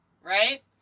Right